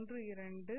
12 0